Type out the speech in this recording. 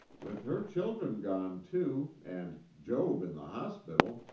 with her children gone, too, and joab in the hospital,